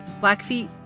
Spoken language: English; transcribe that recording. Blackfeet